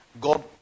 God